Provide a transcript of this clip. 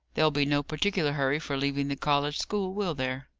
there'll be no particular hurry for leaving the college school, will there?